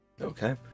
Okay